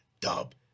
Dub